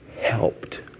helped